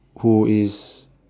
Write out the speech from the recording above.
who is